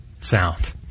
sound